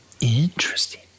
Interesting